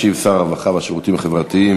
ישיב שר הרווחה והשירותים החברתיים